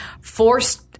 forced